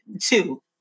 two